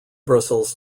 bristles